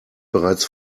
bereits